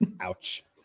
Ouch